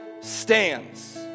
stands